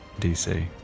dc